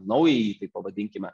naująjį taip pavadinkime